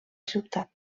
ciutat